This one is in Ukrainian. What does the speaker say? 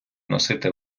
носити